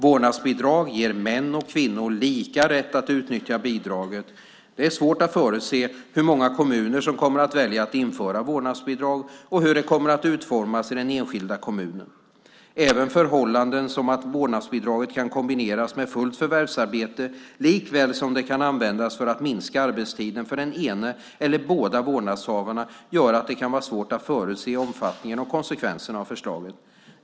Vårdnadsbidrag ger män och kvinnor lika rätt att utnyttja bidraget. Det är svårt att förutse hur många kommuner som kommer att välja att införa vårdnadsbidrag och hur det kommer att utformas i den enskilda kommunen. Även förhållanden som att vårdnadsbidraget kan kombineras med fullt förvärvsarbete likaväl som det kan användas för att minska arbetstiden för den ena eller båda vårdnadshavarna gör att det kan vara svårt att förutse omfattningen och konsekvenserna av förslaget.